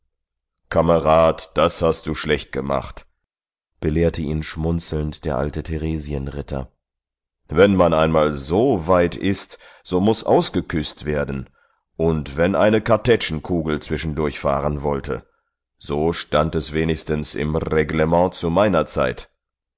kamerad das hast du schlecht gemacht belehrte ihn schmunzelnd der alte theresienritter wenn man einmal so weit ist so muß ausgeküßt werden und wenn eine kartätschenkugel zwischendurch fahren wollte so stand es wenigstens im reglement zu meiner zeit